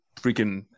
freaking